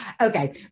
okay